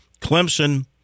Clemson